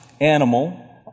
animal